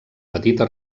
petita